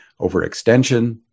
overextension